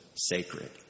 Sacred